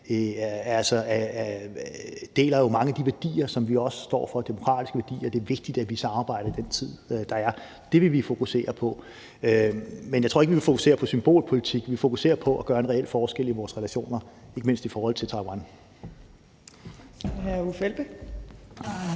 deler jo mange af de værdier, som vi også står for – demokratiske værdier. Det er vigtigt, at vi samarbejder i den tid, der er. Det vil vi fokusere på. Men jeg tror ikke, vi vil fokusere på symbolpolitik. Vi vil fokusere på at gøre en reel forskel i vores relationer, ikke mindst i forhold til Taiwan. Kl. 19:49